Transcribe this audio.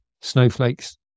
snowflakes